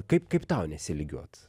kaip kaip tau nesilygiuot